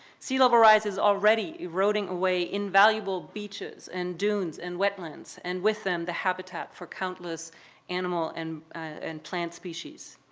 sea level rise is already eroding away invaluable beaches and dunes and wet lands and with them the habitat for countless animal and and plant species.